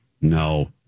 No